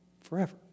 forever